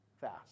fast